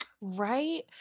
right